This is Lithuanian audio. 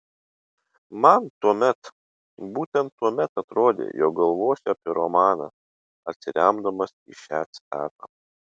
man tuomet būtent tuomet atrodė jog galvosiu apie romaną atsiremdamas į šią citatą